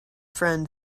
friend